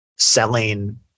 selling